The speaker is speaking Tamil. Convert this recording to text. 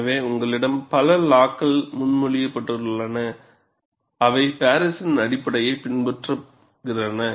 எனவே உங்களிடம் பல லா க்கள் முன்மொழியப்பட்டுள்ளன அவை பாரிஸின் அடிப்படையைப் பின்பற்றுகின்றன